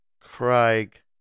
craig